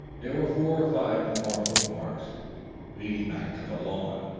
there were four or five more footmarks leading back to the lawn,